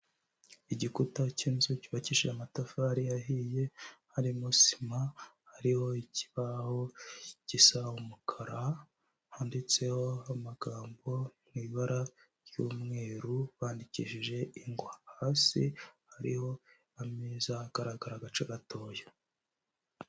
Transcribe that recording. Igikuta cy'inzu cyubakishije amatafari ahiye, harimo sima, hariho ikibaho g'isa umukara, handitseho amagambo mu ibara ry'umweru bandikishije ingwa. Hasi hariho ameza agaragara agace gatoya.